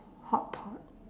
hot pot